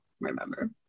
remember